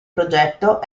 progetto